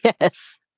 Yes